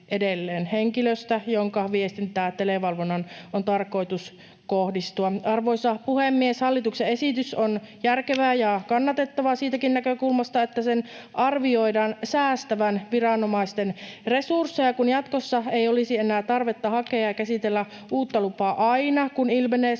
henkilöstä, jonka viestintään televalvonnan on tarkoitus kohdistua. Arvoisa puhemies! Hallituksen esitys on järkevä ja kannatettava siitäkin näkökulmasta, että sen arvioidaan säästävän viranomaisten resursseja, kun jatkossa ei olisi enää tarvetta hakea ja käsitellä uutta lupaa aina, kun ilmenee